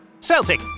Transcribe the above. Celtic